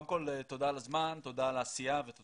אחד